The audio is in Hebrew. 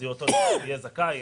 אז אותו אדם יהיה זכאי.